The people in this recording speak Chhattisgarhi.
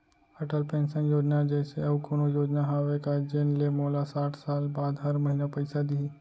अटल पेंशन योजना जइसे अऊ कोनो योजना हावे का जेन ले मोला साठ साल बाद हर महीना पइसा दिही?